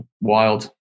Wild